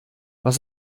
was